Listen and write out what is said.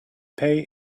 pay